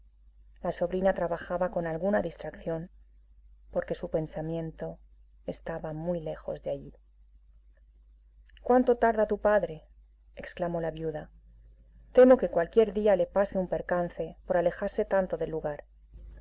la sobrina trabajaba con alguna distracción porque su pensamiento estaba muy lejos de allí cuánto tarda tu padre exclamó la viuda temo que cualquier día le pase un percance por alejarse tanto del lugar